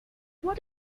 what